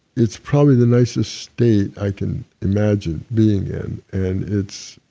it's probably the nicest state i can imagine being in, and it's,